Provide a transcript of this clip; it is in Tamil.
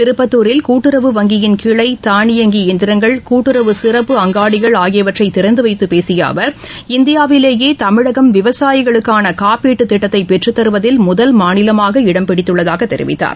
திருப்பத்தூரில் கூட்டுறவு வங்கியின் கிளை தானியங்கி இயந்திரங்கள் கூட்டுறவு சிறப்பு அங்காடிகள் ஆகியவற்றை திறந்துவைத்து பேசிய அவர் இந்தியாவிலேயே தமிழகம் விவசாயிகளுக்கான காப்பீட்டு திட்டத்தை பெற்று தருவதில் முதல் மாநிலமாக இடம்பிடித்துள்ளதாக தெரிவித்தார்